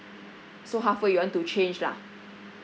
so halfway you want to change lah